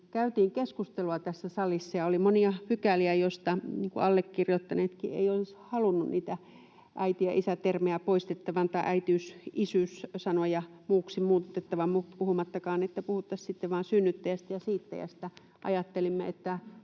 käytiin keskustelua tässä salissa. Oli monia pykäliä, joista allekirjoittaneetkaan eivät olisi halunneet niitä äiti- ja isä-termejä poistettavan tai äitiys- ja isyys-sanoja muuksi muutettavan, puhumattakaan, että puhuttaisiin sitten vain synnyttäjästä ja siittäjästä. Ajattelimme, että